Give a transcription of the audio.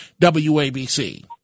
WABC